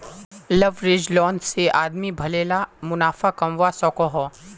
leveraged loan से आदमी भले ला मुनाफ़ा कमवा सकोहो